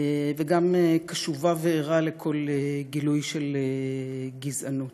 וגם קשובה וערה לכל גילוי של גזענות,